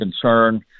concern